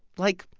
like,